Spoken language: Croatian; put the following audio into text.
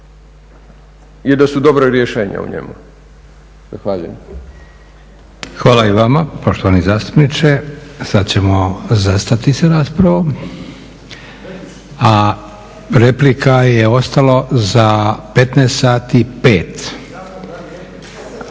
**Leko, Josip (SDP)** Hvala i vama poštovani zastupniče. Sad ćemo zastati sa raspravom, a replika je ostalo za 15,00